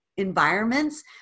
environments